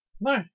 No